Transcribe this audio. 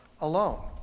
alone